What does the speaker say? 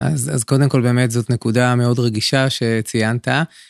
אז אז קודם כל באמת זאת נקודה מאוד רגישה שציינת.